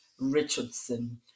Richardson